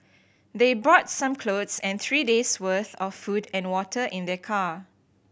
they brought some clothes and three days' worth of food and water in their car